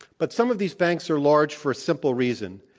but some of these banks are large for a simple reason.